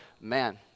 man